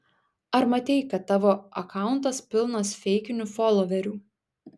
ar matei kad tavo akauntas pilnas feikinių foloverių